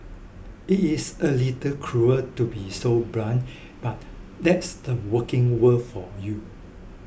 it is a little cruel to be so blunt but that's the working world for you